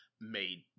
made